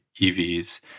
EVs